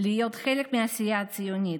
להיות חלק מהעשייה הציונית,